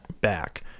back